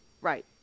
right